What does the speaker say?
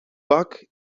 back